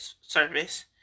service